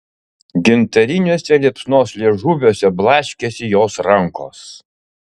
gintariniuose liepsnos liežuviuose blaškėsi jos rankos